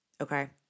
Okay